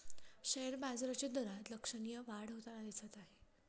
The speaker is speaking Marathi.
शेअर बाजाराच्या दरात लक्षणीय वाढ होताना दिसत आहे